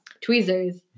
tweezers